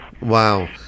Wow